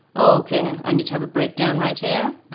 ok. i need to have a breakdown right here.